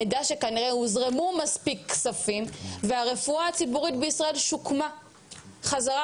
נדע שכנראה הוזרמו מספיק כספים והרפואה הציבורית בישראל שוקמה חזרה,